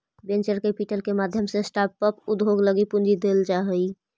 venture capital के माध्यम से स्टार्टअप उद्योग लगी पूंजी देल जा हई